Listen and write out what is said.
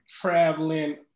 traveling